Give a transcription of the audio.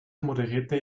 moderierte